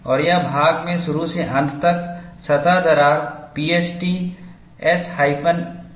और यह भाग में शुरू से अंत तक सतह दरार P S T S hyphen L है